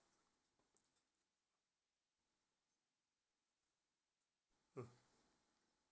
mm